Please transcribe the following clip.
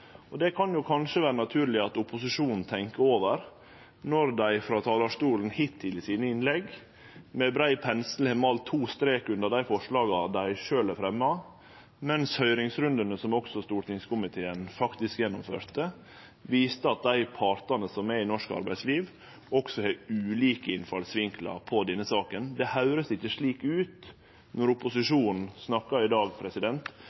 Det kan det kanskje vere naturleg at opposisjonen tenkjer over, når dei hittil i sine innlegg frå talarstolen med brei pensel har måla to streker under dei forslaga dei sjølv har fremja, mens høyringsrundane som stortingskomiteen faktisk gjennomførte, viste at dei partane som er i norsk arbeidsliv, også har ulike innfallsvinklar i denne saka. Det høyrest ikkje slik ut når opposisjonen snakkar i dag,